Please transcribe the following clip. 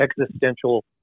existential